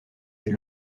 des